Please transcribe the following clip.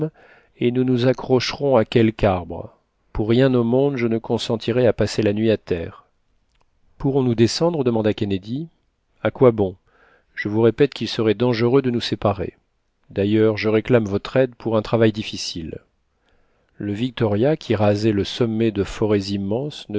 et nous nous accrocherons à quelque arbre pour rien au monde je ne consentirais à passer la nuit à terre pourrons-nous descendre demanda kennedy a quoi bon je vous répète quil serait dangereux de nous séparer d'ailleurs je réclame votre aide pour un travail difficile le victoria qui rasait le sommet de forêts immenses